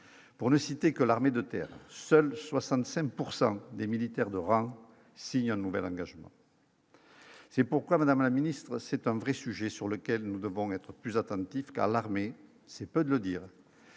pour ne citer que l'armée de terre, seuls 65 pourcent des militaires de rang signer un nouvel engagement. C'est pourquoi madame la ministre, c'est un vrai sujet sur lequel nous devons être plus attentif car l'armée, c'est peu de le dire,